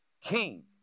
king